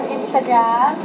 Instagram